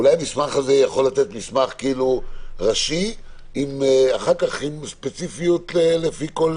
אולי המסמך הזה יכול לתת מסמך ראשי עם ספציפיות לפי כל